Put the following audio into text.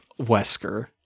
Wesker